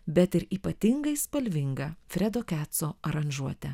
bet ir ypatingai spalvinga fredo keco aranžuote